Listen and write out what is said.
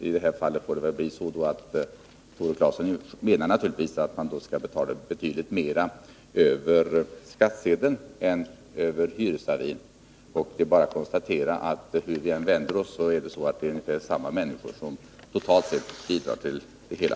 I detta fall menar naturligtvis Tore Claeson att betydligt mer skall betalas över skattsedeln än över hyresavin. Det är bara att konstatera att hur vi än vänder oss är det ungefär samma människor som totalt sett bidrar till kostnaderna.